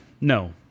No